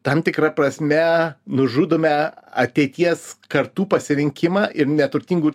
tam tikra prasme nužudome ateities kartų pasirinkimą ir neturtingų